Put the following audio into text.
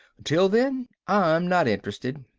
until then, i'm not interested.